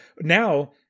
now